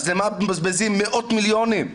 למה מבזבזים מאות מיליונים?